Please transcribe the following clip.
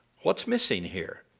what's missing here?